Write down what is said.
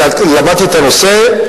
ולמדתי את הנושא,